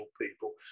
people